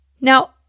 Now